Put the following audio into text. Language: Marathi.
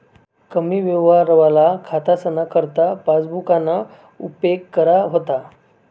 कमी यवहारवाला खातासना करता पासबुकना उपेग करा व्हता